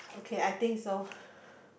okay I think so